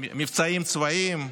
מבצעים צבאיים,